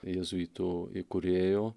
jėzuitų įkūrėjo